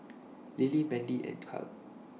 Lilie Manly and Cal